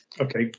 okay